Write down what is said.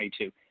2022